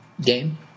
game